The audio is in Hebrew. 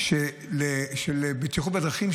הרלב"ד עושים מעטפת של בטיחות בדרכים,